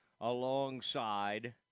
alongside